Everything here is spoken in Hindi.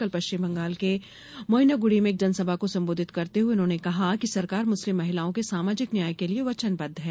कल पश्चिम बंगाल के मोइनागुड़ी में एक जनसभा को सम्बोधित करते हुए उन्होंने कहा कि सरकार मुस्लिम महिलाओं के सामाजिक न्याय के लिए वचनबद्व है